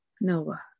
Noah